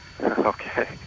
Okay